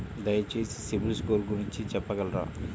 దయచేసి సిబిల్ స్కోర్ గురించి చెప్పగలరా?